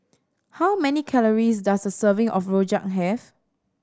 how many calories does a serving of rojak have